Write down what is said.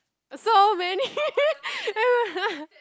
so many